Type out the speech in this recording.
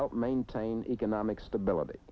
help maintain economic stability